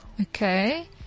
Okay